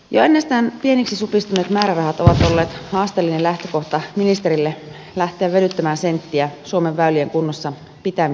jo ennestään pieniksi supistuneet määrärahat ovat olleet haasteellinen lähtökohta ministerille lähteä venyttämään senttiä suomen väylien kunnossa pitämiseksi